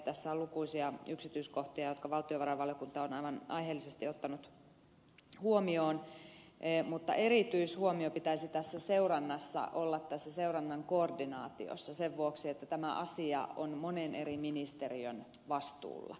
tässä on lukuisia yksityiskohtia jotka valtiovarainvaliokunta on aivan aiheellisesti ottanut huomioon mutta erityishuomio pitäisi tässä seurannassa olla seurannan koordinaatiossa sen vuoksi että tämä asia on monen eri ministeriön vastuulla